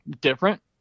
different